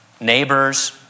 Neighbors